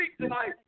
tonight